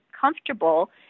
comfortable